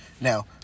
Now